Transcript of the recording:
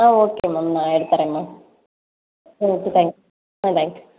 ஆ okay ma'am நான் எடுத்தர்றேன் ma'am okay thank thank you